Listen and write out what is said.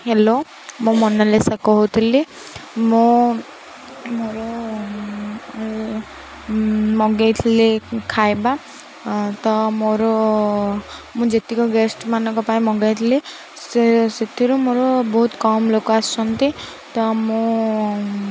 hello ମୁଁ ମୋନାଲିସା କହୁଥିଲି ମୁଁ ମୋର ମଗେଇଥିଲି ଖାଇବା ତ ମୋର ମୁଁ ଯେତିକ ଗେଷ୍ଟ୍ମାନଙ୍କ ପାଇଁ ମଗେଇଥିଲି ସେ ସେଥିରୁ ମୋର ବହୁତ କମ୍ ଲୋକ ଆସଛନ୍ତି ତ ମୁଁ